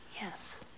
Yes